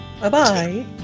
bye-bye